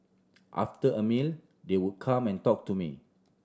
after a meal they would come and talk to me